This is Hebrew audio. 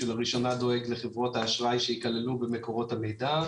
שלראשונה דואג לחברות האשראי שיכללו במקורות המידע.